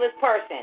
person